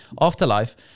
afterlife